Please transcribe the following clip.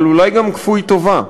אבל אולי גם כפוי טובה,